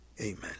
Amen